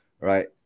right